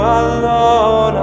alone